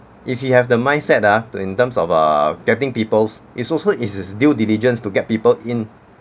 if he have the mindset ah to in terms of uh getting peoples it's also is his due diligence to get people in